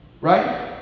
Right